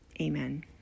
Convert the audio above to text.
Amen